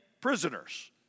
prisoners